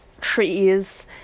trees